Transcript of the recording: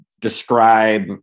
describe